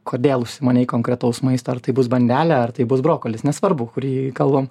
kodėl užsimanei konkretaus maisto ar tai bus bandelė ar tai bus brokolis nesvarbu kurį kalbam